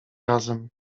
razem